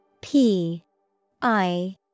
P-I-